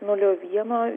nulio vieno